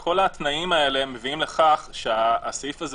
כל התנאים האלה מביאים לכך שהסעיף הזה